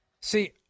See